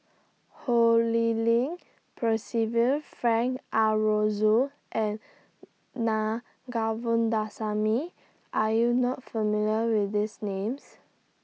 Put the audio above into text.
Ho Lee Ling Percival Frank Aroozoo and Naa Govindasamy Are YOU not familiar with These Names